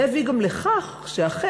זה הביא גם לכך שאכן,